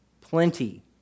plenty